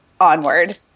onward